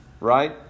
right